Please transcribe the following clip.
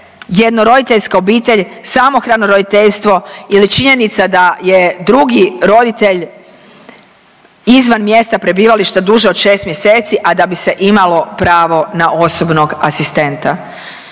jedno roditeljska obitelj, samohrano roditeljstvo ili činjenica da je drugi roditelj izvan mjesta prebivališta duže od 6 mjeseci a da bi se imalo pravo na osobnog asistenta.